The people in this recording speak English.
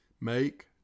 Make